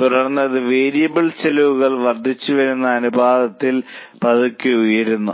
തുടർന്ന് അത് വേരിയബിൾ ചെലവുകൾ വർദ്ധിച്ചുവരുന്ന അനുപാതത്തിൽ പതുക്കെ ഉയരുന്നു